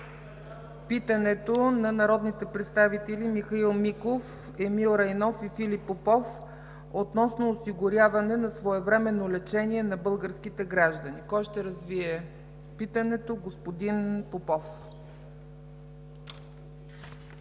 питането на народните представители Михаил Миков, Емил Райнов и Филип Попов относно осигуряване на своевременно лечение на българските граждани. Господин Попов,